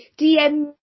dm